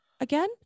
again